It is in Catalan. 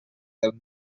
del